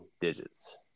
digits